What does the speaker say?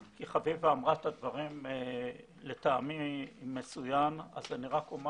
חביבה אמרה את הדברים לטעמי באופן מצוין ולכן אני רק אומר